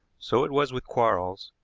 so it was with quarles.